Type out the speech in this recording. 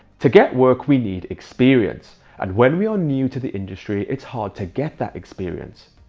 to get work, we need experience. and when we are new to the industry, it's hard to get that experience.